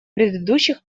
предыдущих